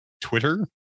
Twitter